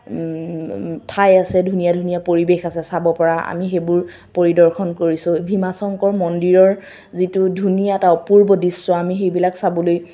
ঠাই আছে ধুনীয়া ধুনীয়া পৰিৱেশ আছে চাব পৰা আমি সেইবোৰ পৰিদৰ্শন কৰিছোঁ ভীমা শংকৰ মন্দিৰৰ যিটো ধুনীয়া এটা অপূৰ্ব দৃশ্য আমি সেইবিলাক চাবলৈ